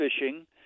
fishing